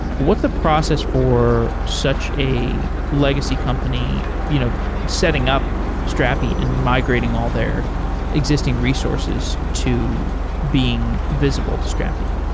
what's the process for such a legacy company you know setting up strapi and migrating all their existing resources to being visible to strapi?